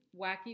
wacky